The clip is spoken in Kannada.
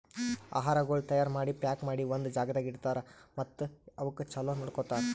ಆಹಾರಗೊಳ್ ತೈಯಾರ್ ಮಾಡಿ, ಪ್ಯಾಕ್ ಮಾಡಿ ಒಂದ್ ಜಾಗದಾಗ್ ಇಡ್ತಾರ್ ಮತ್ತ ಅವುಕ್ ಚಲೋ ನೋಡ್ಕೋತಾರ್